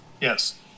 yes